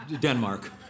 Denmark